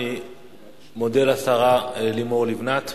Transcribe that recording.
אני מודה לשרה לימור לבנת.